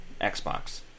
Xbox